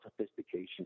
sophistication